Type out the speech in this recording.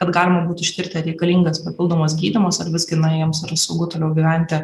kad galima būti ištirti ar reikalingas papildomas gydymas ar visgi na jiems yra saugu toliau gyventi